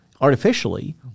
artificially